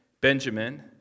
Benjamin